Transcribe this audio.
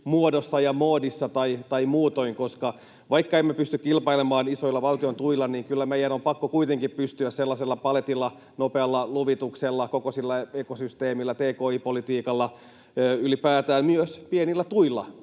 ja -moodissa tai muutoin. Vaikka emme pysty kilpailemaan isoilla valtion tuilla, niin kyllä meidän on pakko kuitenkin pystyä kilpailemaan sellaisella paletilla, nopealla luvituksella, koko sillä ekosysteemillä, tki-politiikalla ylipäätään, myös pienillä tuilla